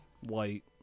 white